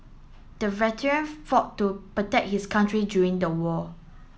the veteran fought to protect his country during the war